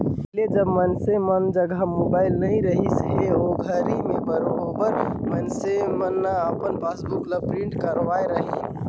पहिले जब मइनसे मन जघा मोबाईल नइ रहिस हे ओघरी में बरोबर मइनसे न अपन पासबुक ल प्रिंट करवाय रहीन